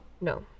No